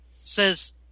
says